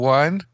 one